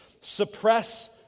suppress